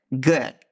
good